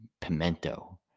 pimento